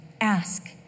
Ask